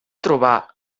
trobar